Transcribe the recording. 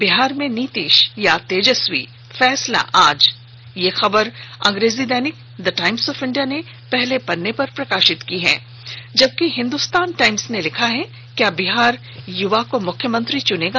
बिहार में नीतीश या तेजस्वी फैसला आज की खबर को अंग्रेजी दैनिक द टाइम्स ऑफ इंडिया ने पहले पन्ने पर प्रकाशित किया है जबकि हिंदुस्तान टाइम्स ने लिखा है क्या बिहार युवा को मुख्यमंत्री चुनेगा